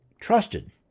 trusted